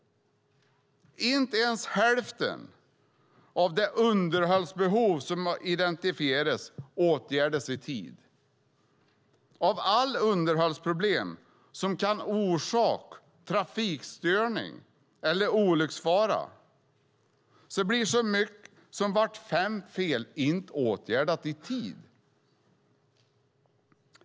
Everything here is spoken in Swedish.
Inte ens hälften av det underhållsbehov som identifieras åtgärdas i tid. Av alla underhållsproblem som kan orsaka trafikstörning eller olycksfara blir så mycket som vart femte fel inte åtgärdat i tid.